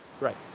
Right